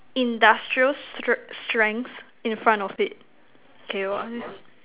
industrial str~ strength in front of it K what